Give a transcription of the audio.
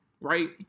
right